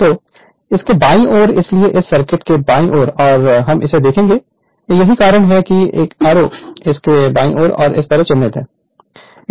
तो इसके बाईं ओर इसलिए इस सर्किट के बाईं ओर हम इसे देखेंगे यही कारण है कि एरो इस एक के बाईं ओर इस तरह चिह्नित है